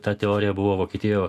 ta teorija buvo vokietijo